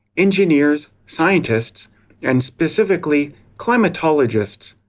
engineers, scientists and specifically climatologists.